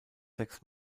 sechs